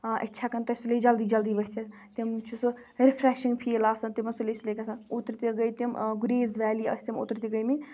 أسۍ چھِ ہٮ۪کان تَتہِ سُلے جلدی جلدی ؤتھِتھ تِم چھِ سُہ رِفریشِنٛگ پھیٖل آسان تِمَن سُلے سُلے گژھان اوترٕ تہِ گٔے تِم گُریز ویلی ٲسۍ تِم اوترٕ تہِ گٔمِتۍ